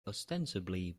ostensibly